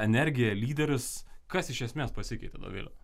energija lyderis kas iš esmės pasikeitė dovile